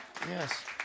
Yes